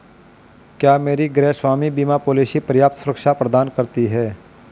क्या मेरी गृहस्वामी बीमा पॉलिसी पर्याप्त सुरक्षा प्रदान करती है?